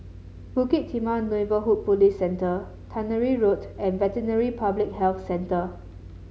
Bukit Timah Neighbourhood Police Centre Tannery Road and Veterinary Public Health Centre